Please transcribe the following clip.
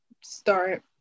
start